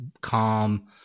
calm